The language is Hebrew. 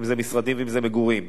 אם משרדים ואם מגורים,